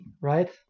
right